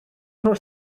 nhw